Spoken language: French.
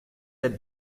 êtes